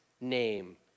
name